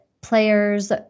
players